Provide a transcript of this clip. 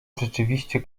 rzeczywiście